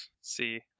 see